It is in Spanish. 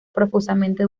profusamente